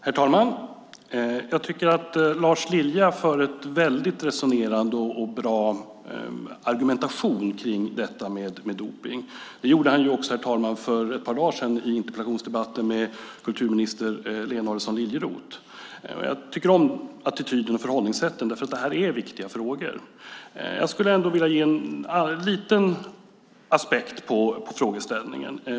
Herr talman! Jag tycker att Lars Lilja har en resonerande och bra argumentation kring dopning. Det hade han också för ett par dagar sedan i interpellationsdebatten med kulturminister Lena Adelsohn Liljeroth. Jag tycker om attityden och förhållningssätten, för detta är viktiga frågor. Jag skulle dock vilja ge en lite annan aspekt på frågeställningen.